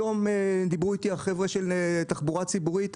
היום דיברו איתי החבר'ה מתחבורה ציבורית.